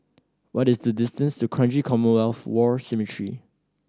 what is the distance to Kranji Commonwealth War Cemetery